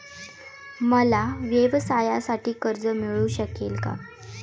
मला व्यवसायासाठी कर्ज मिळू शकेल का?